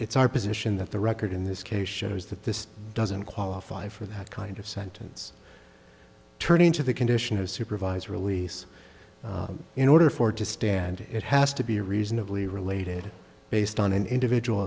it's our position that the record in this case shows that this doesn't qualify for that kind of sentence turning to the condition of supervisor release in order for to stand it has to be reasonably related based on an individual